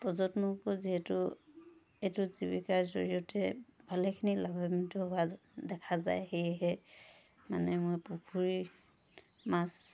প্ৰজন্মৰ ওপৰত যিহেতু এইটো জীৱিকাৰ জৰিয়তে ভালেখিলি লাভৱান্বিত হোৱা দেখা যায় সেয়েহে মানে মই পুখুৰীত মাছ